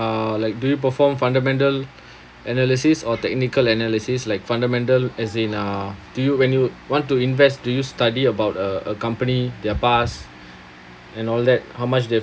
uh like do you perform fundamental analysis or technical analysis like fundamental as in uh do you when you want to invest do you study about uh a company their past and all that how much they